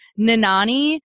NANANI